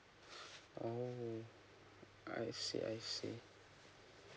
oo I see I see